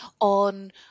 on